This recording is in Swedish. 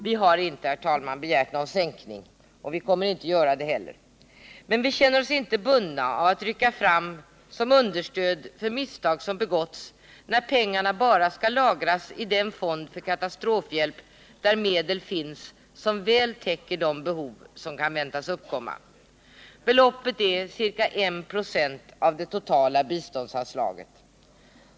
Vi har inte begärt någon sänkning och vi kommer inte heller att göra det, men vi känner oss inte tvungna att rycka fram som stödtrupper för att rätta till misstag som har begåtts. Pengarna skall ju bara lagras i den fond för katastrofhjälp där medel redan finns som väl täcker de behov som kan väntas uppkomma. Det handlar om ca 1 96 av det totala biståndsanslaget.